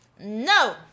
No